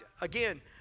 again